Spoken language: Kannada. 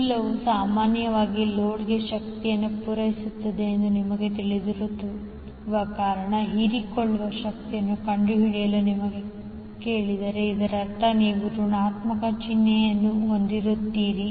ಮೂಲವು ಸಾಮಾನ್ಯವಾಗಿ ಲೋಡ್ಗೆ ಶಕ್ತಿಯನ್ನು ಪೂರೈಸುತ್ತದೆ ಎಂದು ನಿಮಗೆ ತಿಳಿದಿರುವ ಕಾರಣ ಹೀರಿಕೊಳ್ಳುವ ಶಕ್ತಿಯನ್ನು ಕಂಡುಹಿಡಿಯಲು ನಿಮ್ಮನ್ನು ಕೇಳಿದರೆ ಇದರರ್ಥ ನೀವು ಋಣಾತ್ಮಕ ಚಿಹ್ನೆಯನ್ನು ಹೊಂದಿರುತ್ತೀರಿ